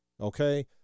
Okay